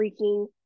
freaking